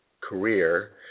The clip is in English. career